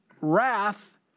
wrath